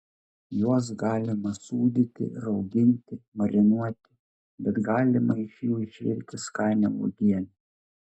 juos galima sūdyti rauginti marinuoti bet galima iš jų išvirti skanią uogienę